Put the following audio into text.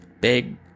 big